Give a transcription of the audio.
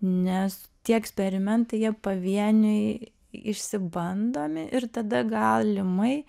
nes tie eksperimentai jie pavieniui išsibandomi ir tada galimai